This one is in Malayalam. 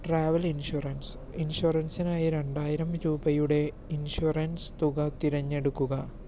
ട്രാവൽ ഇൻഷുറൻസ് ഇൻഷുറൻസിനായി രണ്ടായിരം രൂപയുടെ ഇൻഷുറൻസ് തുക തിരഞ്ഞെടുക്കുക